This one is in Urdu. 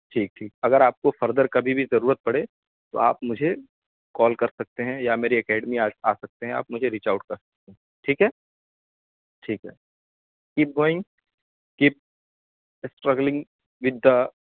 ٹھیک ٹھیک اگر آپ کو فردر کبھی بھی ضرورت پڑے تو آپ مجھے کال کر سکتے ہیں یا میرے اکیڈمی آ سکتے ہیں آپ مجھے ریچ آؤٹ کر سکتے ہیں ٹھیک ہے ٹھیک ہے keep going keep struggling with the